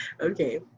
Okay